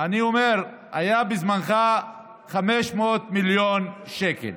אני אומר שהיה בזמנך 500 מיליון שקל.